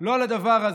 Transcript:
לא על הדבר הזה.